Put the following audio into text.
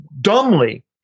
dumbly